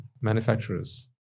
manufacturers